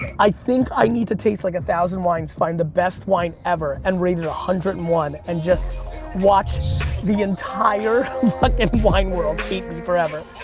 i think i need to taste like a thousand wines, find the best wine ever and rate it one hundred and one and just watch the entire fucking wine world hate me forever.